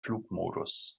flugmodus